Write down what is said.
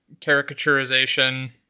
caricaturization